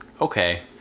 okay